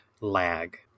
lag